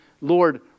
Lord